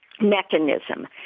mechanism